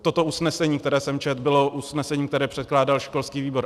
Toto usnesení, které jsem četl, bylo usnesení, které předkládal školský výbor.